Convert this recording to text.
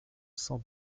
cents